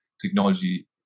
technology